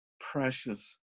precious